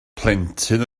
plentyn